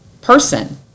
person